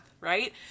right